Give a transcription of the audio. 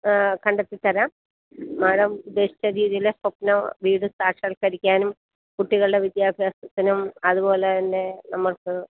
കണ്ടെത്തിത്തരാം madam ഉദ്ദേശിച്ച രീതിയില് സ്വപ്നവും വീടും സാക്ഷാത്കരിക്കാനും കുട്ടികളുടെ വിദ്യാഭ്യാസത്തിനും അതുപോലെതന്നെ നമുക്ക്